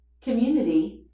Community